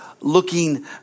looking